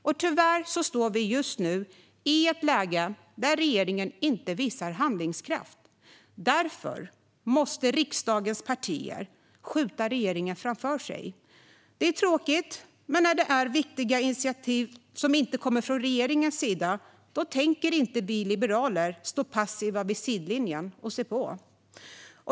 Och tyvärr står vi just nu i ett läge där regeringen inte visar handlingskraft. Därför måste riksdagens partier skjuta regeringen framför sig. Det är tråkigt, men när de viktiga initiativen inte kommer från regeringens sida tänker inte vi liberaler stå passiva vid sidlinjen och se på.